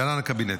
להלן: הקבינט,